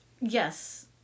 Yes